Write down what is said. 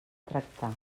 tractar